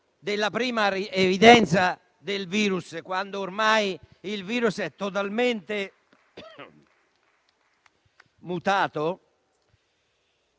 dalla prima versione del virus, quando ormai il virus è totalmente mutato?